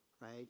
right